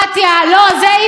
לא, את זה אי-אפשר להגיד.